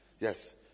Yes